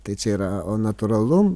tai čia yraa o natūralu